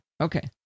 Okay